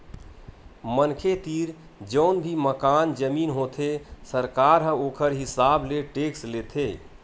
मनखे तीर जउन भी मकान, जमीन होथे सरकार ह ओखर हिसाब ले टेक्स लेथे